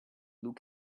look